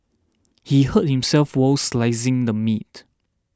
he hurt himself while slicing the meat